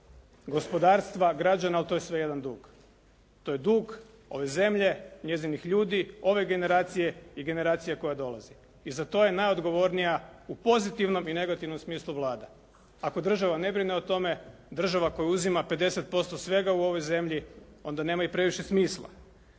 gospodarstva, građana, ali to je sve jedan dug. To je dug ove zemlje, njezinih ljudi, ove generacije i generacije koja dolazi i za to je najodgovornija u pozitivnom i negativnom smislu Vlada. Ako država ne brine o tome, država koja uzima 50% svega u ovoj zemlji, onda nema i previše smisla.